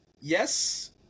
Yes